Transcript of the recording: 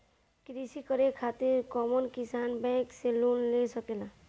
कृषी करे खातिर कउन किसान बैंक से लोन ले सकेला?